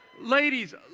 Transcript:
Ladies